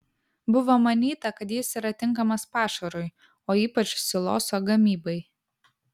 buvo manyta kad jis yra tinkamas pašarui o ypač siloso gamybai